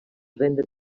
renda